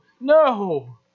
no